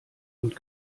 und